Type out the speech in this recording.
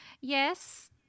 yes